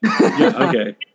Okay